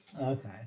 Okay